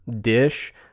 dish